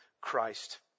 christ